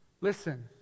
Listen